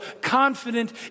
confident